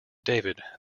david